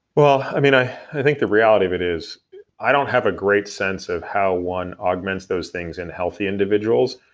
well, i mean, i think the reality of it is i don't have a great sense of how one augments those things in healthy individuals.